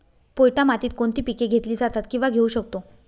पोयटा मातीत कोणती पिके घेतली जातात, किंवा घेऊ शकतो?